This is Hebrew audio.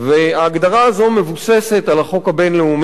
ההגדרה הזאת מבוססת על החוק הבין-לאומי,